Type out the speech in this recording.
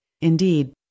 indeed